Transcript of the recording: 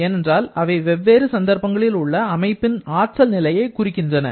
ஏனென்றால் அவை வெவ்வேறு சந்தர்ப்பங்களில் உள்ள அமைப்பின் ஆற்றல் நிலையை குறிக்கின்றன